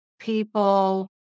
People